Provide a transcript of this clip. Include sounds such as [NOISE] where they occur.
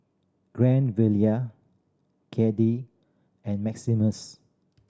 [UNINTELLIGIBLE] Cade and Maximus